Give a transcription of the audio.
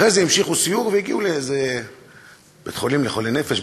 אחרי זה המשיכו את הסיור והגיעו לבית-חולים לחולי נפש,